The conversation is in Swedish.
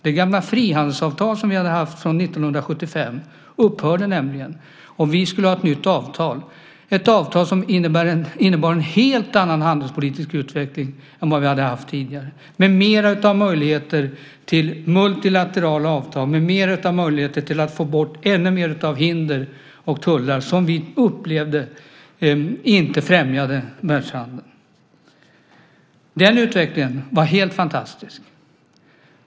Det gamla frihandelsavtal som vi hade haft från 1975 upphörde nämligen, och vi skulle ha ett nytt avtal - ett avtal som innebar en helt annan handelspolitisk utveckling än vad vi hade haft tidigare med mer möjligheter till multilaterala avtal och mer möjligheter att få bort ännu mer av hinder och tullar, något vi upplevde inte främjade världshandeln. Den utvecklingen var helt fantastisk.